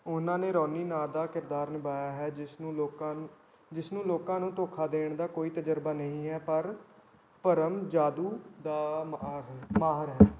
ਉਨ੍ਹਾਂ ਨੇ ਰੋਨੀ ਨਾਂ ਦਾ ਇੱਕ ਕਿਰਦਾਰ ਨਿਭਾਇਆ ਹੈ ਜਿਸ ਨੂੰ ਲੋਕਾਂ ਨੂੰ ਜਿਸ ਨੂੰ ਲੋਕਾਂ ਨੂੰ ਧੋਖਾ ਦੇਣ ਦਾ ਕੋਈ ਤਜਰਬਾ ਨਹੀਂ ਹੈ ਪਰ ਭਰਮ ਜਾਦੂ ਦਾ ਮਹਾਰ ਹੈ ਮਾਹਰ ਹੈ